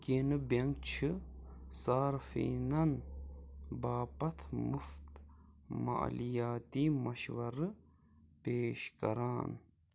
کینٛہہ نہٕ بٮ۪نٛک چھِ صارفیٖنَن باپتھ مُفت مالیاتی مشورٕ پیش کران